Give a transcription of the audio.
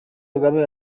kagame